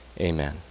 amen